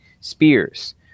Spears